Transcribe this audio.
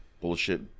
bullshit